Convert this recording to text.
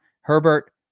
Herbert